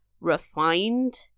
refined